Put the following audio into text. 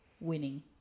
winning